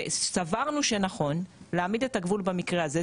וסברנו שנכון להעמיד את הגבול במקרה הזה,